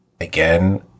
again